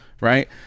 right